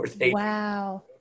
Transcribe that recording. Wow